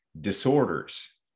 disorders